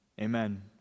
amen